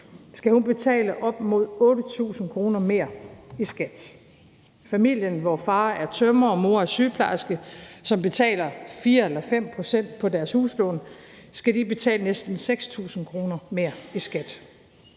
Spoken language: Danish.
handler, betale op imod 8.000 kr. mere i skat? Skal familien, hvor far er tømrer og mor er sygeplejerske, som betaler 4 eller 5 pct. på deres huslån, betale næsten 6.000 kr. mere i skat?